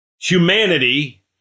humanity